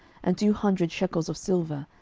and two hundred shekels of silver,